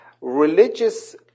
religious